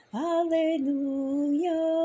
hallelujah